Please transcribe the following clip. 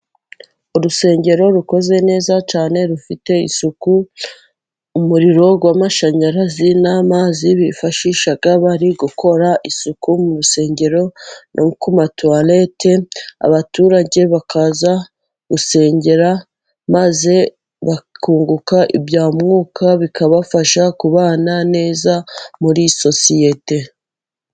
Urusengero rukoze neza cyane rufite isuku. Umuriro w'amashanyarazi n'amazi bifashisha bari gukora isuku mu rusengero, no ku matuwaleti, abaturage bakaza gusengera maze bakunguka ibya mwuka, bikabafasha kubana neza muri sosiyete.